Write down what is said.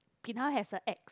bin hao has a ex